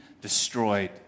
destroyed